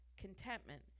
contentment